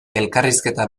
elkarrizketa